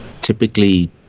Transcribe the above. typically